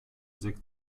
sechs